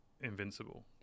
invincible